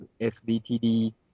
SDTD